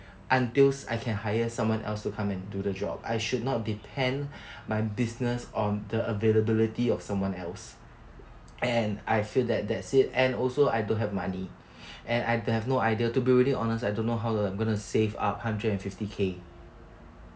until I can hire someone else to come and do the job I should not depend my business on the availability of someone else and I feel that that's it and also I don't have money and I have no idea to be really honest I don't know how I'm gonna save up hundred and fifty K